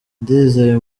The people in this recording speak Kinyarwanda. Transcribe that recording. ndizeye